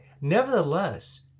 Nevertheless